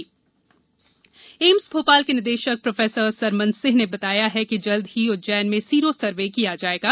PIB corona AIIMS Bhopal के निदेशक professor Sarman Singh ने बताया कि जल्द ही उज्जैन में सीरो सर्वे किया जाएगा